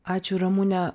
ačiū ramune